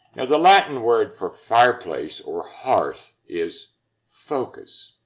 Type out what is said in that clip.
the latin word for fireplace or hearth is focus.